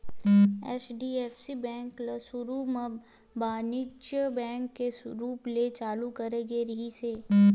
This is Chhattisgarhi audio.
एच.डी.एफ.सी बेंक ल सुरू म बानिज्यिक बेंक के रूप म चालू करे गे रिहिस हे